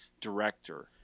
director